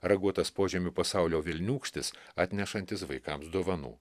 raguotas požemių pasaulio velniūkštis atnešantis vaikams dovanų